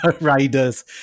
riders